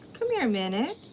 come here a minute.